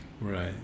right